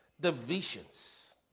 divisions